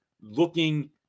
looking